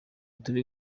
turi